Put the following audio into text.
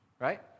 Right